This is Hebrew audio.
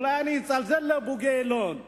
אולי אני אצלצל לבוגי יעלון.